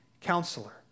counselor